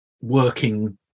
working